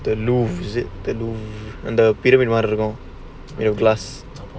the louvre is it the louvre the pyramid மாதிரிஇருக்கும்:mathiri irukkum with glass